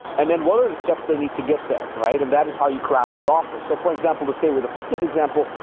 and then what are the steps they need to get there, right? and that is how you craft your offer. so for example, let's stay with a fitness example,